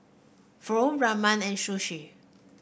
Pho Ramen and Sushi